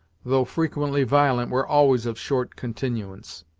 though frequently violent were always of short continuance.